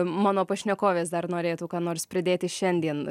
mano pašnekovės dar norėtų ką nors pridėti šiandien